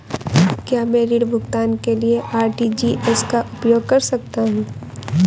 क्या मैं ऋण भुगतान के लिए आर.टी.जी.एस का उपयोग कर सकता हूँ?